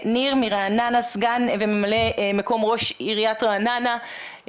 ניר, מרעננה, סגן וממלא מקום ראש עיריית רעננה.